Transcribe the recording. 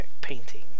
painting